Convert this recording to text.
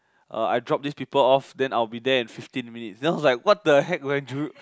uh I drop these people off then I'll be there in fifteen minutes then I was like what the heck do I